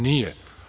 Nije.